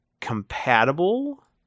compatible